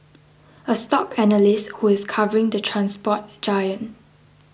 a stock analyst who is covering the transport giant